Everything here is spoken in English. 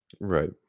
Right